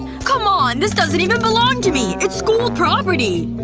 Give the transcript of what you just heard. come on! this doesn't even belong to me! it's school property!